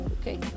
Okay